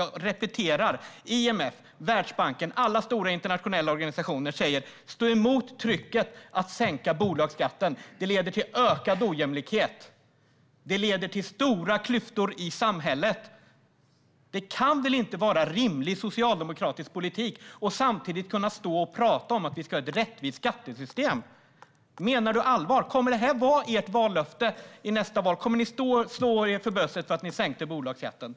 Jag repeterar: IMF, Världsbanken och alla stora internationella organisationer säger att vi ska stå emot trycket att sänka bolagsskatten. Det leder till ökad ojämlikhet. Det leder till stora klyftor i samhället. Det kan väl inte vara rimlig socialdemokratisk politik att samtidigt stå och prata om att vi ska ha ett rättvist skattesystem. Menar du allvar? Kommer det här att vara ert vallöfte i nästa val? Kommer ni att stå och slå er för bröstet för att ni sänkte bolagsskatten?